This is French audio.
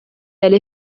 elle